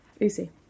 Lucy